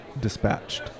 dispatched